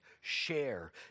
share